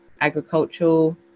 agricultural